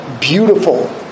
Beautiful